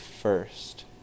first